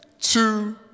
two